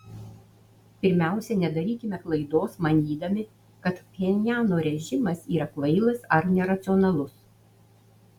pirmiausia nedarykime klaidos manydami kad pchenjano režimas yra kvailas ar neracionalus